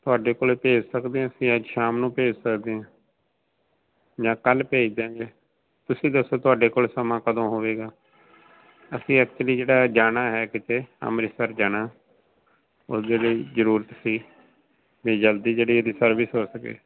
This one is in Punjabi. ਤੁਹਾਡੇ ਕੋਲੇ ਭੇਜ ਸਕਦੇ ਹਾਂ ਅਸੀਂ ਅੱਜ ਸ਼ਾਮ ਨੂੰ ਭੇਜ ਸਕਦੇ ਹਾਂ ਜਾਂ ਕੱਲ੍ਹ ਭੇਜ ਦਿਆਂਗੇ ਤੁਸੀਂ ਦੱਸੋ ਤੁਹਾਡੇ ਕੋਲ ਸਮਾਂ ਕਦੋਂ ਹੋਵੇਗਾ ਅਸੀਂ ਐਕਚੁਲੀ ਜਿਹੜਾ ਜਾਣਾ ਹੈ ਕਿਤੇ ਅੰਮ੍ਰਿਤਸਰ ਜਾਣਾ ਉਸਦੇ ਲਈ ਜ਼ਰੂਰਤ ਸੀ ਬਈ ਜਲਦੀ ਜਿਹੜੀ ਇਹਦੀ ਸਰਵਿਸ ਹੋ ਸਕੇ